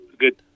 good